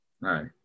right